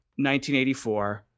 1984